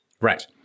right